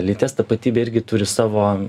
lyties tapatybė irgi turi savo